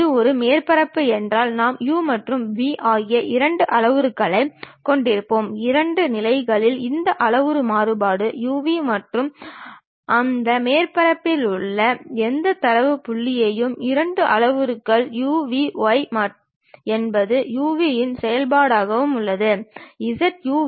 இது ஒரு மேற்பரப்பு என்றால் நாம் u மற்றும் v ஆகிய இரண்டு அளவுருக்களைக் கொண்டிருப்போம் இரண்டு திசைகளில் இந்த அளவுரு மாறுபாடு u v மற்றும் அந்த மேற்பரப்பில் உள்ள எந்த தரவு புள்ளியும் இரண்டு அளவுருக்கள் u v y என்பது u v இன் செயல்பாடாகவும் உள்ளது z u v